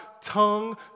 tongue